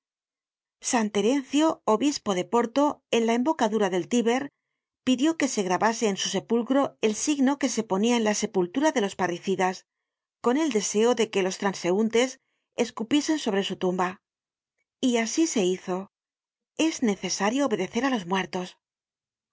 san terencio obispo de porto en la embocadura del tiber pidió que se grabase en su sepulcro el signo que se ponia en la sepultura de los parricidas con el deseo de que los transeuntes escupiesen sobre su tumba y asi se hizo es necesario obedecer á los muertos